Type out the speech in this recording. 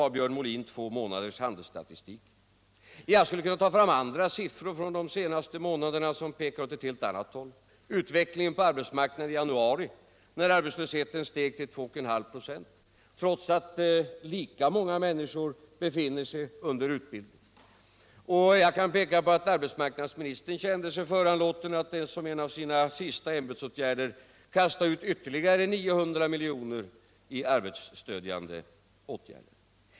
Björn Molin anförde nu två månaders handelsstatistik, men jag skulle kunna ta fram andra siffror från de senaste månaderna som pekar åt ett helt annat håll, t.ex. utvecklingen på arbetsmarknaden i januari, när arbetslösheten steg till 2 1/2 "o, trots att lika många människor befinner sig under arbetsmarknadsutbildning. Jag kan också peka på att arbetsmarknadsministern kände sig föranlåten att som en av sina sista ämbetsåtgärder kasta ut vtterligare 900 miljoner på arbetsstödjande åtgärder.